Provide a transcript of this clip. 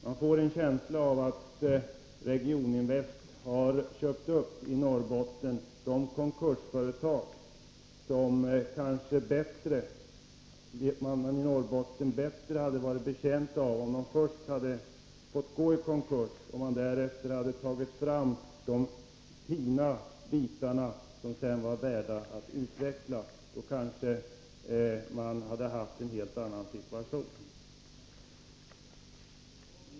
Man får en känsla av att Regioninvest har köpt upp konkursföretag i Norrbotten trots att man kanske i Norrbotten hade varit bättre betjänt av att de först hade fått gå i konkurs och man därefter hade tagit fram de fina bitarna som var värda att utvecklas. Då kanske man hade haft en helt annan situation.